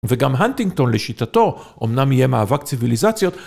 וגם הנטינגטון, לשיטתו, אמנם יהיה מאבק ציוויליזציות,